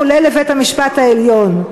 כולל לבית-המשפט העליון.